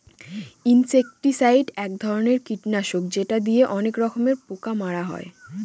insecticide এক ধরনের কীটনাশক যেটা দিয়ে অনেক রকমের পোকা মারা হয়